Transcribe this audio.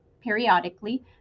periodically